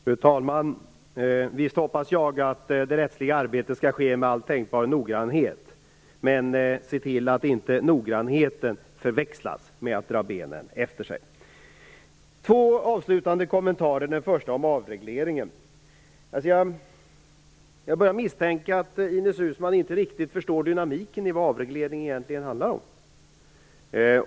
Fru talman! Visst hoppas jag att det rättsliga arbetet skall bedrivas med all tänkbar noggrannhet, men man skall inte förväxla noggrannhet med att dra benen efter sig. Två avslutande kommentarer. Den första handlar om avregleringen. Jag börjar misstänka att Ines Uusmann inte riktigt förstår dynamiken i det som avreglering egentligen handlar om.